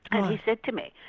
and he said to me,